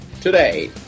today